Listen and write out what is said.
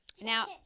Now